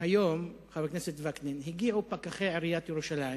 חבר הכנסת וקנין, היום הגיעו פקחי עיריית ירושלים